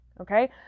okay